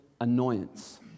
annoyance